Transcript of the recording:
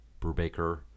Brubaker